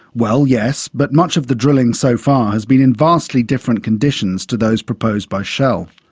well, yes, but much of the drilling so far has been in vastly different conditions to those proposed by shell.